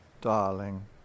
Darling